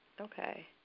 Okay